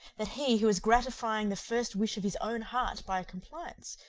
that he, who was gratifying the first wish of his own heart by a compliance,